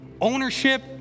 ownership